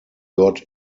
got